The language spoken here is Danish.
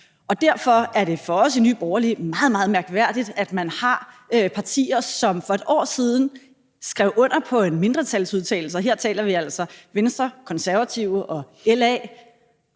og derfor er det for os i Nye Borgerlige meget, meget mærkværdigt, at man har partier, som for et år siden skrev under på en mindretalsudtalelse. Her taler vi altså om Venstre, Konservative og LA.